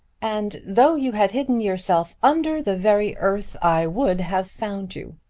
and though you had hidden yourself under the very earth i would have found you.